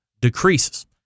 decreases